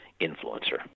influencer